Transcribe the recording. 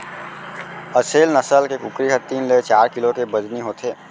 असेल नसल के कुकरी ह तीन ले चार किलो के बजनी होथे